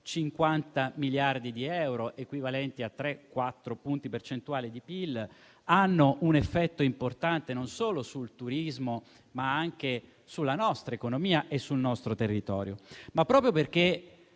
50 miliardi di euro, equivalenti a 3 o 4 punti percentuali di PIL, avrà un effetto importante non solo sul turismo, ma anche sull'intera nostra economia e sul nostro territorio. Proprio perché